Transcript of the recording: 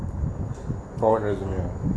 forward resume